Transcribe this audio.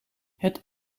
het